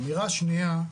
אמירה שנייה,